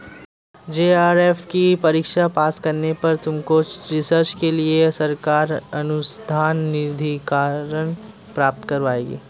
JRF की परीक्षा pass करने पर तुमको रिसर्च के लिए सरकार अनुसंधान निधिकरण प्राप्त करवाएगी